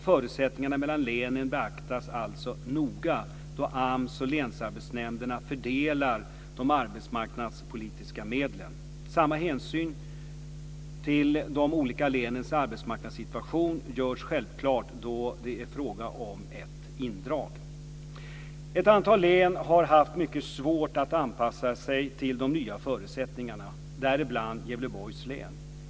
Förutsättningarna mellan länen beaktas alltså noga då AMS och länsarbetsnämnderna fördelar de arbetsmarknadspolitiska medlen. Samma hänsyn till de olika länens arbetsmarknadssituation görs självklart då det är fråga om ett indrag. Ett antal län har haft mycket svårt att anpassa sig till de nya förutsättningarna, däribland Gävleborgs län.